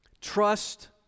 Trust